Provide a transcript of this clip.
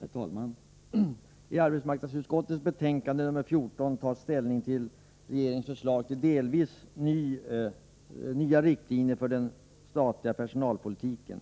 Herr talman! I arbetsmarknadsutskottets betänkande nr 14 tar man ställning till regeringens förslag till delvis nya riktlinjer för den statliga personalutbildningen